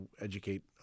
educate